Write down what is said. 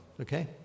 Okay